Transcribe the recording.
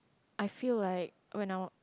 I feel like when I